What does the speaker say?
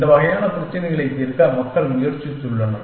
இந்த வகையான பிரச்சினைகளை தீர்க்க மக்கள் முயற்சித்துள்ளனர்